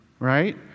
Right